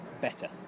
better